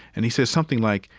and he said something like,